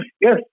yes